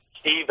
Steve